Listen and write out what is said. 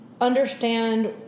understand